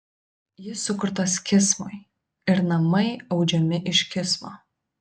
jis sukurtas kismui ir namai audžiami iš kismo